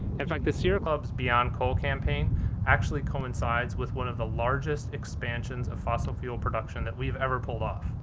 in fact, the sierra club's beyond coal campaign actually coincides with one of the largest expansions of fossil fuel production that we've ever pulled off.